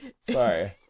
Sorry